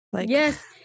Yes